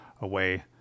away